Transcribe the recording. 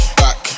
back